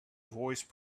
voice